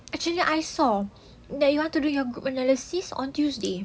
actually I saw that you want to do your group analysis on tuesday